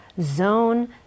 zone